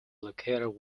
located